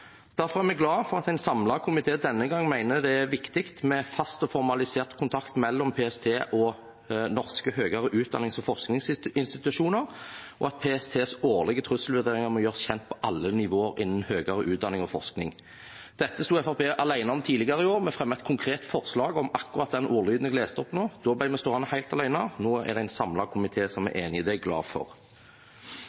Derfor er vi glade for at en samlet komité denne gangen mener det er viktig med fast og formalisert kontakt mellom PST og norske høyere utdannings- og forskningsinstitusjoner, og at PSTs årlige trusselvurderinger må gjøres kjent på alle nivåer innen høyere utdanning og forskning. Dette sto Fremskrittspartiet alene om tidligere i år. Vi fremmet et konkret forslag om akkurat den ordlyden jeg leste opp nå. Da ble vi stående helt alene. Nå er det en samlet komité som er